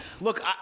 look